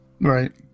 Right